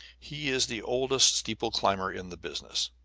he is the oldest steeple-climber in the business,